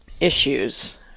issues